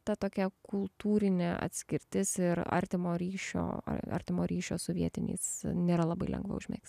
tokia kultūrinė atskirtis ir artimo ryšio ar artimo ryšio su vietiniais nėra labai lengva užmigti